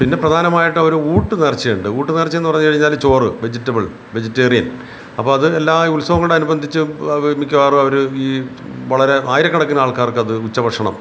പിന്നെ പ്രധാനമായിട്ടും അവർ ഊട്ട് നേർച്ചയുണ്ട് ഊട്ടുനേർച്ച എന്ന് പറഞ്ഞു കഴിഞ്ഞാൽ ചോറ് വെജിറ്റബിൾ വെജിറ്റേറിയൻ അപ്പം അത് എല്ലാ ഉത്സവങ്ങളോട് അനുബന്ധിച്ച് അവ മിക്കവാറും അവർ ഈ വളരെ ആയിരക്കണക്കിന് ആൾക്കാർക്ക് അത് ഉച്ചഭക്ഷണം